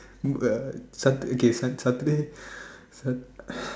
um uh Sat~ okay Saturday sat~